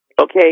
Okay